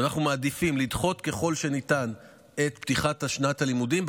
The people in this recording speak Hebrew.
אנחנו מעדיפים לדחות ככל שניתן את פתיחת שנת הלימודים,